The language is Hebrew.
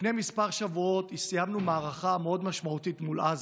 לפני כמה שבועות סיימנו מערכה מאוד משמעותית מול עזה,